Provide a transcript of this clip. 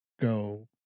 go